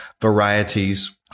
varieties